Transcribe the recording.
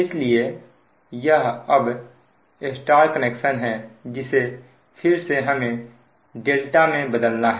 इसलिए यह अब Y कनेक्शन है जिसे फिर से हमें ∆ में बदलना है